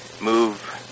move